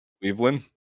Cleveland